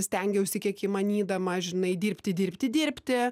stengiausi kiek įmanydama žinai dirbti dirbti dirbti